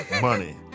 money